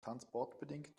transportbedingt